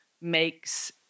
makes